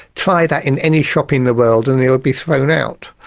try that in any shop in the world and you'll be thrown out.